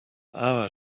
hour